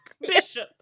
bishop